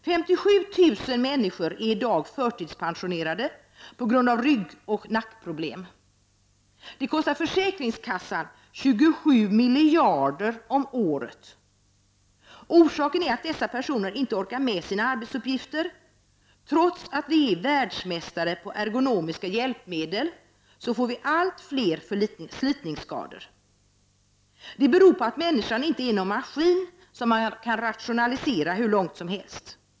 57 000 människor är i dag förtidspensionerade på grund av ryggoch nackproblem. Det kostar försäkringskassan 27 miljarder kronor om året. Orsaken är att dessa personer inte orkar med sina arbetsuppgifter. Trots att vi är världsmästare på ergonomiska hjälpmedel får vi allt fler förslitningsskador. Det beror på att människan inte är någon maskin som man kan rationalisera hur långt som helst.